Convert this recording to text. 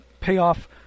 payoff